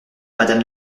madame